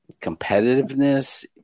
competitiveness